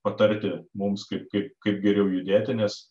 patarti mums kaip kaip kaip geriau judėti nes